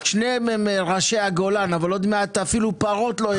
שניהם הם ראשי הגולן אבל עוד מעט אפילו פרות לא יהיה להם לגדל.